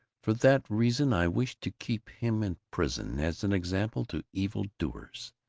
for that reason i wish to keep him in prison, as an example to evil-doers.